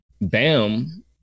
Bam